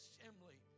assembly